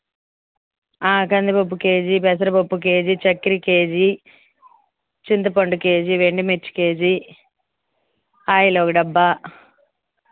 కందిపప్పు కేజీ పెసరపప్పు కేజీ చక్కెర కేజీ చింతపండు కేజీ ఎండుమిర్చి కేజీ ఆయిల్ ఒక డబ్బా